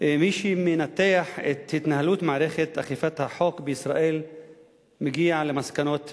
מי שמנתח את התנהלות מערכת אכיפת החוק בישראל מגיע למסקנות מדהימות: